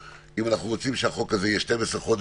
אם אנחנו רוצים שהחוק הזה יהיה 12 חודשים,